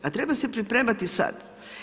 A treba se pripremati sad.